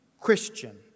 Christian